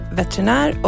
veterinär